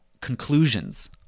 conclusions